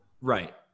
Right